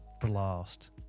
blast